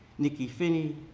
nikky finney,